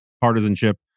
partisanship